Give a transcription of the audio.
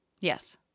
Yes